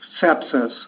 sepsis